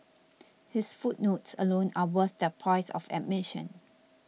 his footnotes alone are worth the price of admission